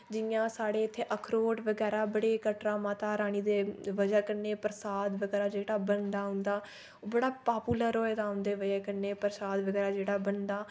जि'यां साढ़े इत्थैं अखरोट बगैरा बड़े कटरा माता रानी दे बजह कन्नै प्रसाद बगैरा जेह्ड़ा बनदा उंदा ओह्ब ड़ा पापुलर होए दा उंदे बजह कन्नै प्रसाद बगैरा जेह्ड़ा बनदा